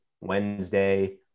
Wednesday